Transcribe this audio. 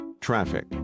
traffic